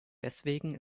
deswegen